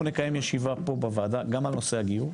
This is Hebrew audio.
אנחנו נקיים ישיבה פה בוועדה, גם על נושא הגיור,